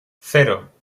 cero